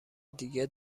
دیگه